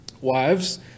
Wives